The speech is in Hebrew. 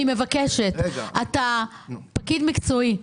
אתה פקיד מקצועי.